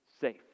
safe